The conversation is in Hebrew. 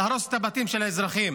להרוס את הבתים של האזרחים,